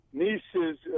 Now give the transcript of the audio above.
niece's